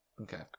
Okay